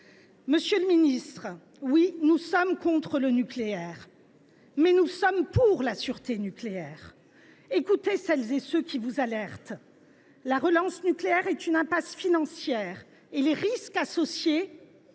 Monsieur le ministre, oui, nous sommes contre le nucléaire, mais nous sommes pour la sûreté nucléaire. Écoutez toutes celles et ceux qui vous alertent. La relance nucléaire est une impasse financière et les risques associés